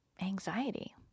anxiety